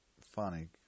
funny